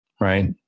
right